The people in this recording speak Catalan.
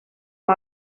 amb